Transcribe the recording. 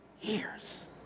years